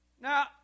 Now